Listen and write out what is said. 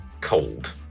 cold